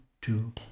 two